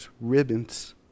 ribbons